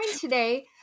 today